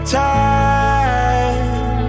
time